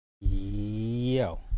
Yo